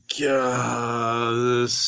god